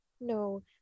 no